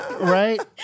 right